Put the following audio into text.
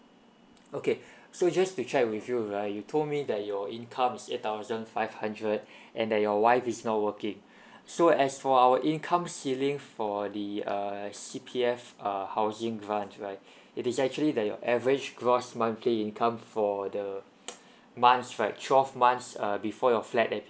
okay so just to check with you right you told me that your income is eight thousand five hundred and that your wife is not working so as for our income ceiling for the err C_P_F uh housing grant right it is actually that your average gloss monthly income for the months right twelve months err before your flat